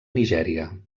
nigèria